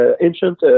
ancient